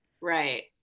Right